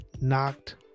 knocked